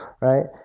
right